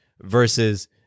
versus